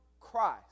Christ